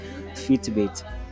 Fitbit